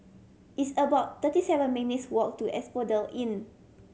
it's about thirty seven minutes' walk to Asphodel Inn